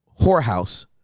whorehouse